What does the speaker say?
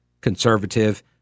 Conservative